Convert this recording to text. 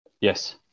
Yes